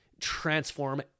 transform